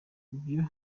byo